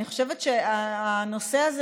אני חושבת שהנושא הזה,